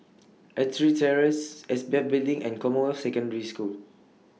Ettrick Terrace S P F Building and Commonwealth Secondary School